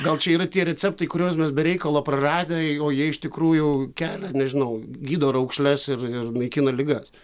gal čia yra tie receptai kuriuos mes be reikalo praradę o jie iš tikrųjų kelia nežinau gydo raukšles ir ir naikina ligas